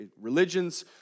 religions